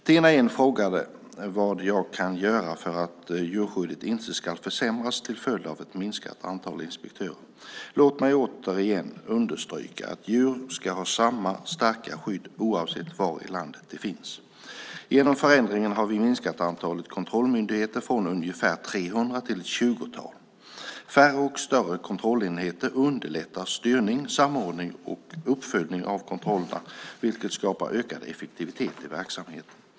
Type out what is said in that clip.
Tina Ehn frågade vad jag ska göra för att djurskyddet inte ska försämras till följd av ett minskat antal inspektörer. Låt mig återigen understryka att djur ska ha samma starka skydd oavsett var i landet de finns. Genom förändringen har vi minskat antalet kontrollmyndigheter från ungefär 300 till ett tjugotal. Färre och större kontrollenheter underlättar styrningen, samordningen och uppföljningen av kontrollen, vilket skapar ökad effektivitet i verksamheten.